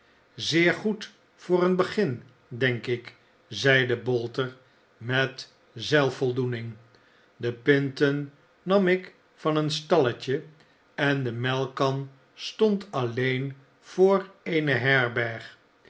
zeer goed voor een begin denk ik zeide bolter met zelfvoldoening de pinten nam ik van een stalletje en de melkkan stond alleen voor eene herberg